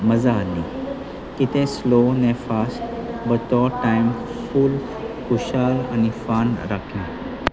मजा आली कितें स्लो न फास्ट वा तो टायम फूल खुशाल आनी फान राखलें